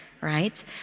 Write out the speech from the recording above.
right